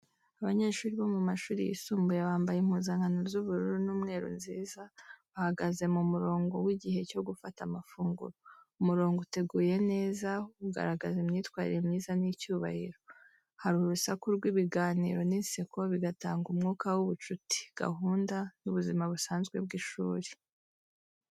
Abanyeshuri bo mu mashuri yisumbuye bambaye impuzankano z’ubururu n’umweru nziza bahagaze mu murongo w’igihe cyo gufata amafunguro. Umurongo uteguye neza ugaragaza imyitwarire myiza n’icyubahiro. Hari urusaku rw’ibiganiro n’inseko, bigatanga umwuka w’ubucuti, gahunda, n’ubuzima busanzwe bw’ishuri.